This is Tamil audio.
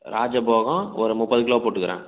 ராஜபோகம் ஒரு முப்பது கிலோ போட்டுக்கிறேன்